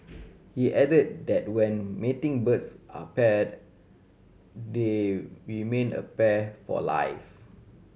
he added that when mating birds are paired they remain a pair for life